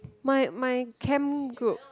my my camp group